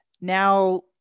now